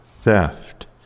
theft